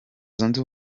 zunze